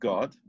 God